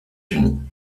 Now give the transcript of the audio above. unis